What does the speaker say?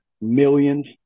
millions